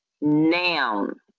Noun